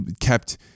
kept